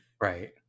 right